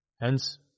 Hence